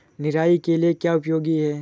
निराई के लिए क्या उपयोगी है?